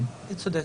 אני ממליצה ללכת